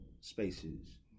spaces